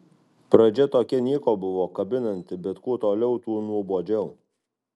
pradžia tokia nieko buvo kabinanti bet kuo toliau tuo nuobodžiau